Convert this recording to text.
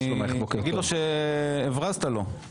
אני אגיד לו שהברזת לו.